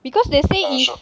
because they say if